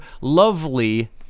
lovely